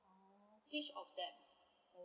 of that